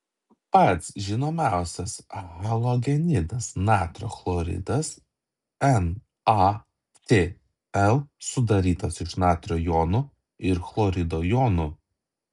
pats žinomiausias halogenidas natrio chloridas nacl sudarytas iš natrio jono ir chlorido jono